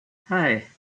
hei